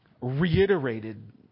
reiterated